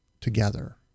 together